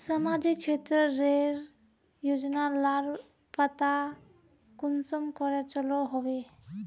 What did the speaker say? सामाजिक क्षेत्र रेर योजना लार पता कुंसम करे चलो होबे?